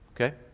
okay